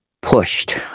pushed